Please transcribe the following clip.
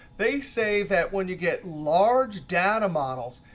they say that when you get large data models,